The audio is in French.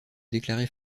déclarer